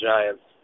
Giants